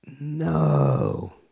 No